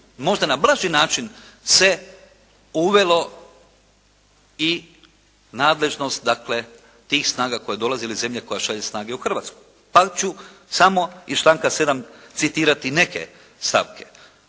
možda na brži način se uvelo i nadležnost dakle tih snaga koje dolaze ili zemlje koja šalje snage u Hrvatsku. … ću iz članka 7. citirati neke stavke